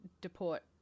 deport